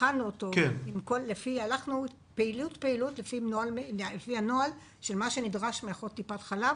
הלכנו פעילות פעילות לפי הנוהל שמתייחס לנדרש מאחות טיפת חלב